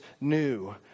new